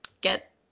get